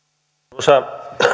arvoisa